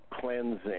cleansing